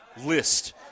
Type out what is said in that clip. list